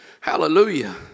Hallelujah